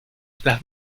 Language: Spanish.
las